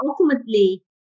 ultimately